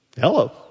Hello